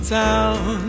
town